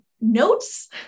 notes